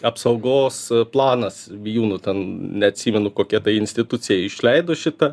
apsaugos planas vijūnų ten neatsimenu kokia tai institucijai išleidus šitą